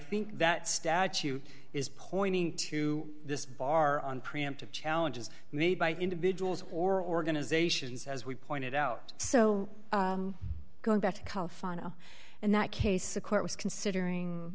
think that statute is pointing to this bar on preemptive challenges made by individuals or organizations as we pointed out so going back to california in that case the court was considering